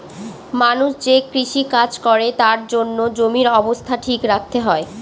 মানুষ যে কৃষি কাজ করে তার জন্য জমির অবস্থা ঠিক রাখতে হয়